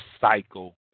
cycle